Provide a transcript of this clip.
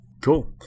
Cool